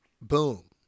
boom